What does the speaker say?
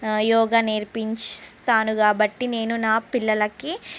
యోగా నేర్పిస్తాను కాబట్టి నేను నా పిల్లలకు